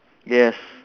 yes